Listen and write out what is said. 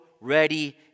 ready